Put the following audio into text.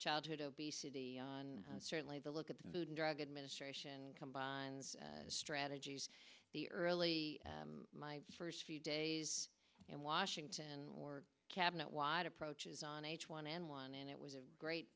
childhood obesity on certainly the look at the new drug administration combines strategies the early my first few days and washington or cabinet wide approaches on h one n one and it was a great